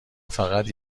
فقط